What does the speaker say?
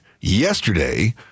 yesterday